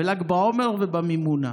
בל"ג בעומר ובמימונה.